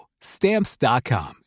Stamps.com